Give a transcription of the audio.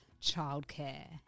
childcare